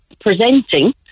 presenting